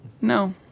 No